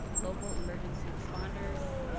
local emergency responders,